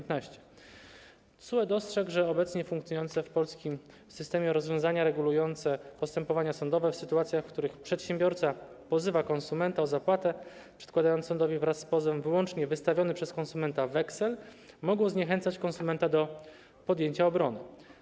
TSUE dostrzegł, że obecnie funkcjonujące w polskim systemie rozwiązania regulujące postępowania sądowe w sytuacjach, w których przedsiębiorca pozywa konsumenta o zapłatę, przedkładając sądowi wraz z pozwem wyłącznie wystawiony przez konsumenta weksel, mogą zniechęcać konsumenta do podjęcia obrony.